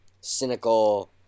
cynical